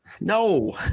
No